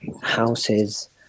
houses